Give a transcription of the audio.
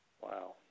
Wow